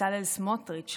בצלאל סמוטריץ',